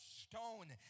stone